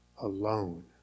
alone